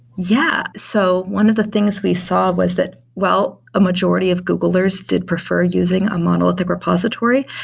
yeah. so one of the things we saw was the, well, a majority of googlers did prefer using a monolithic repository.